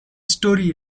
story